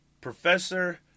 Professor